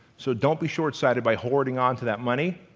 so don't be short-sighted by holding on to that money.